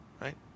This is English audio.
right